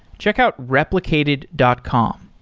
check out replicated dot com.